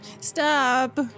Stop